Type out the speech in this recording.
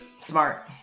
Smart